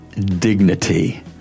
dignity